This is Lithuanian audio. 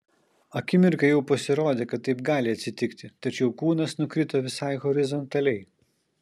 akimirką jau pasirodė kad taip gali atsitikti tačiau kūnas nukrito visai horizontaliai